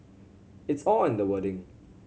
it's all in the wording